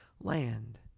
land